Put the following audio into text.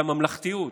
לממלכתיות,